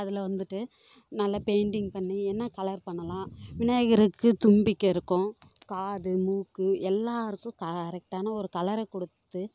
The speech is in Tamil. அதில் வந்துட்டு நல்ல பெயிண்டிங் பண்ணி என்ன கலர் பண்ணலாம் விநாயகருக்கு தும்பிக்கை இருக்கும் காது மூக்கு எல்லாம் இருக்கும் கரெக்டான ஒரு கலரை கொடுத்துட்டு